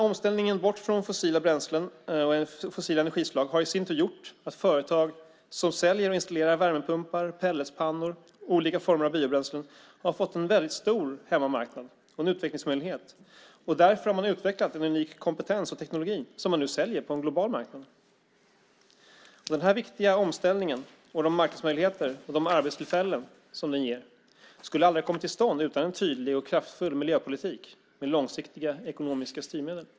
Omställningen bort från fossila bränslen och fossila energislag har i sin tur gjort att företag som säljer och installerar värmepumpar, pelletpannor och olika former av biobränslen har fått en stor hemmamarknad och utvecklingsmöjlighet. Därför har man utvecklat en unik kompetens och teknik som nu säljs på en global marknad. Den viktiga omställningen, marknadsmöjligheterna och arbetstillfällena som omställningen ger, skulle aldrig ha kommit till stånd utan en tydlig och kraftfull miljöpolitik med långsiktiga ekonomiska styrmedel.